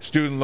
student